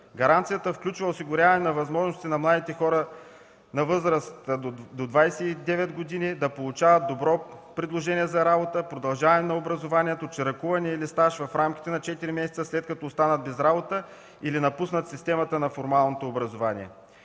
Гаранцията включва осигуряване на възможности на младите хора на възраст до 29 години да получават добро предложение за работа, продължаване на образованието, чиракуване или стаж в рамките на четири месеца, след като останат без работа или напуснат системата на формалното образование.